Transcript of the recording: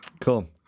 Cool